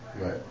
Right